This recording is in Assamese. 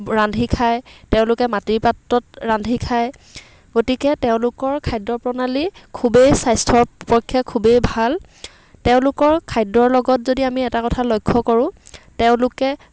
ৰান্ধি খাই তেওঁলোকে মাটিৰ পাত্ৰত ৰান্ধি খায় গতিকে তেওঁলোকৰ খাদ্য প্ৰণালী খুবেই স্বাস্থ্যৰ পক্ষে খুবেই ভাল তেওঁলোকৰ খাদ্যৰ লগত যদি আমি এটা কথা লক্ষ্য কৰোঁ তেওঁলোকে